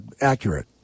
accurate